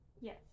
Yes